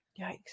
Yikes